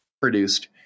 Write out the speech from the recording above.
produced